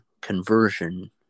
conversion